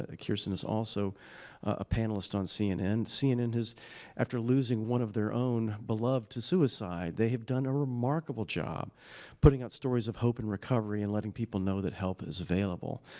ah kirsten's also a panelist on cnn. cnn has after losing one of their own beloved to suicide, they have done a remarkable job putting out stories of hope and recovery and letting people know that help is available.